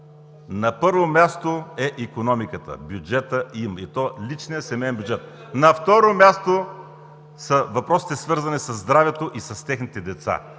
На първо място е икономика, бюджетът и то личният семеен бюджет. На второ място са въпросите, свързани със здравето и техните деца,